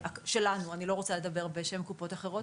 אני לא רוצה לדבר בשם קופות אחרות,